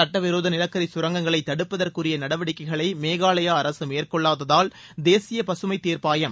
சட்டவிரோத நிலக்கரி சுரங்கங்களை தடுப்பதற்குரிய நடவடிக்கைகளை மேகாலயா அரச மேற்கொள்ளாததால் தேசிய பசுமை தீர்ப்பாயம்